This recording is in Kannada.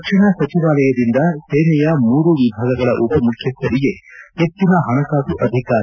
ರಕ್ಷಣಾ ಸಚಿವಾಲಯದಿಂದ ಸೇನೆಯ ಮೂರು ವಿಭಾಗಗಳ ಉಪ ಮುಖ್ಯಸ್ವರಿಗೆ ಹೆಚ್ಚಿನ ಹಣಕಾಸು ಅಧಿಕಾರ